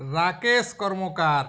Rakesh Karmakar